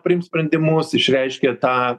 priimt sprendimus išreiškė tą